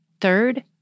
Third